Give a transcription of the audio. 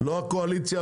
לא הקואליציה,